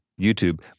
YouTube